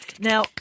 Now